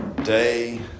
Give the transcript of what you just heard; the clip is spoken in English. day